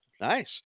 Nice